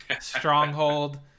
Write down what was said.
Stronghold